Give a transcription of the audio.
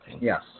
Yes